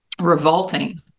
revolting